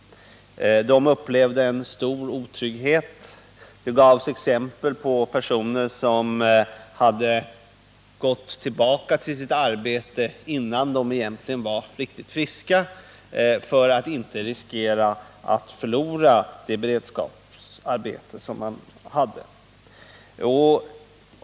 De upplevde en stor otrygghet. Det gavs exempel på att personer hade gått tillbaka till sitt arbete innan de egentligen varit riktigt friska för att inte riskera att förlora det beredskapsarbete de hade fått.